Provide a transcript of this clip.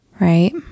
Right